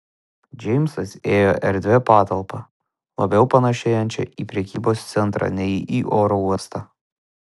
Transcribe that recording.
džeimsas ėjo erdvia patalpa labiau panėšėjančia į prekybos centrą nei į oro uostą